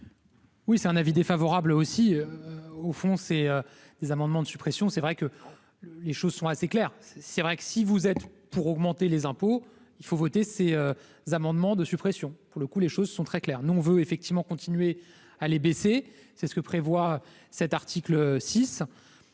Oui c'est un avis défavorable, aussi, au fond, c'est des amendements de suppression, c'est vrai que les choses sont assez claires, c'est vrai que si vous êtes pour augmenter les impôts, il faut voter ces amendements de suppression, pour le coup, les choses sont très claires : nous on veut effectivement continuer à les baisser, c'est ce que prévoit cet article 6,